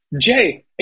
Jay